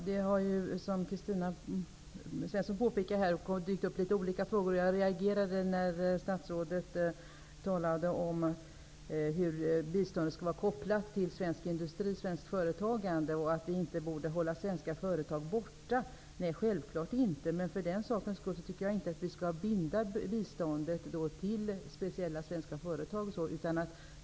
Herr talman! Kristina Svensson påpekade att det har dykt upp olika frågor i denna debatt. Jag reagerade när statsrådet talade om att biståndet skall vara kopplat till svensk industri och svenskt företagande och att vi inte borde hålla svenska företag borta. Självklart skall vi inte göra det. Men jag tycker inte att vi för den sakens skull skall binda biståndet till speciella svenska företag.